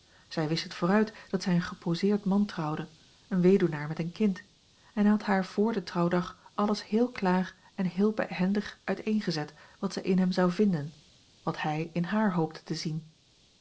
zij wist het vooruit dat zij een geposeerd man trouwde een weduwnaar met een kind en hij had haar vr den trouwdag alles heel klaar en heel behendig uiteengezet wat zij in hem zou vinden wat hij in haar hoopte te zien